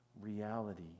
reality